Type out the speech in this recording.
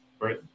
right